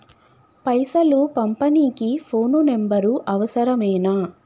పైసలు పంపనీకి phone number అవసరమేనా?